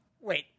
wait